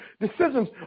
decisions